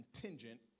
contingent